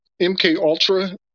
MKUltra